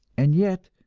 and yet,